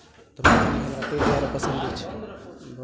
हमरा ताहि द्वारे पसन्द अछि